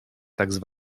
tzw